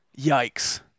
Yikes